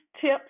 tips